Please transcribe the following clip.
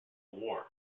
war